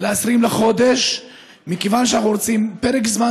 ל-20 לחודש מכיוון שאנחנו רוצים פרק זמן